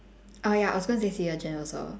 ah ya I was going to say sea urchin also